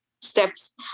steps